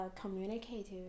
communicative